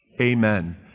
Amen